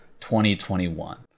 2021